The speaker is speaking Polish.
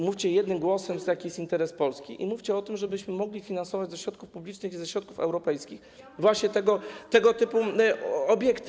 Mówcie jednym głosem, jaki jest interes Polski, i mówcie o tym, żebyśmy mogli finansować ze środków publicznych i środków europejskich tego typu obiekty.